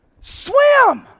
swim